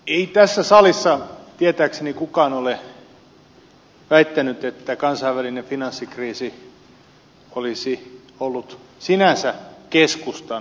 ei tässä salissa tietääkseni kukaan ole väittänyt että kansainvälinen finanssikriisi olisi ollut sinänsä keskustan syy